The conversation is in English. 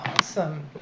Awesome